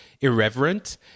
irreverent